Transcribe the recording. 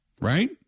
Right